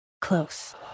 close